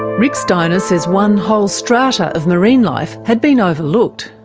rick steiner says one whole strata of marine life had been overlooked.